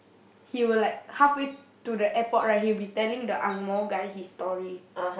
he will like halfway to the airport right he will be telling the angmoh guy his story